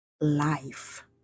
life